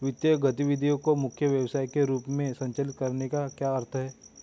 वित्तीय गतिविधि को मुख्य व्यवसाय के रूप में संचालित करने का क्या अर्थ है?